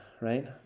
right